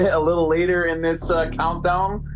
a little later in this countdown